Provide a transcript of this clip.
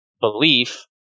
belief